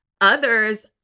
others